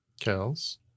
Kells